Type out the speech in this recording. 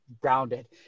grounded